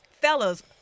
fellas